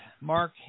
Mark